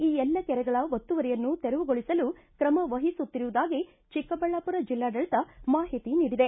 ಈ ಎಲ್ಲ ಕೆರೆಗಳ ಒತ್ತುವರಿಯನ್ನು ತೆರವುಗೊಳಿಸಲು ಕ್ರಮ ವಹಿಸುತ್ತಿರುವುದಾಗಿ ಚಿಕ್ಕಬಳ್ಳಾಪುರ ಜಿಲ್ಲಾಡಳಿತ ಮಾಹಿತಿ ನೀಡಿದೆ